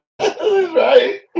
right